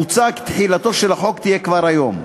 מוצע כי תחילתו של החוק תהיה כבר היום.